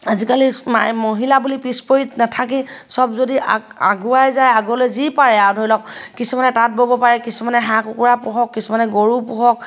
আজিকালি মায়ে মহিলা বুলি পিছ পৰি নাথাকি চব যদি আগ আগুৱাই যায় আগলৈ যি পাৰে আৰু ধৰি লওক কিছুমানে তাঁত ব'ব পাৰে কিছুমানে হাঁহ কুকুৰা পোহক কিছুমানে গৰু পোহক